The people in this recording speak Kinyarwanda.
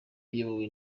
iyobowe